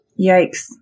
Yikes